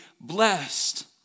blessed